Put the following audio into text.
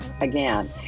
again